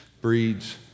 breeds